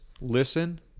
listen